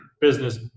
business